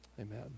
Amen